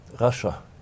Russia